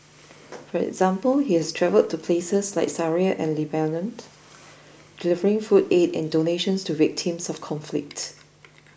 for example he has travelled to places like Syria and Lebanon delivering food aid and donations to victims of conflict